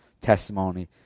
testimony